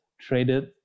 traded